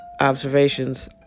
observations